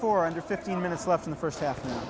for under fifteen minutes left in the first half